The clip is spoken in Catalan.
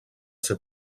ser